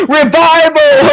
revival